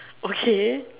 okay